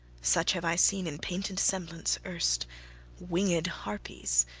such have i seen in painted semblance erst winged harpies,